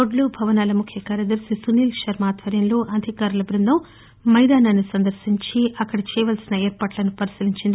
రోడ్లు భవనాల ముఖ్య కార్యదర్శి సునీల్శర్మ ఆధ్వర్యంలో అధికారుల బ్బందం మైదానాన్ని సందర్శించి అక్కడ చేయాల్సిన ఏర్పాట్లను పరిశీలించారు